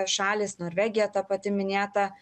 šalys norvegija ta pati minėta